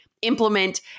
implement